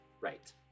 right